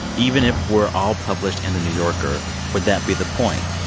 even if we're all published in the new yorker, would that be the point?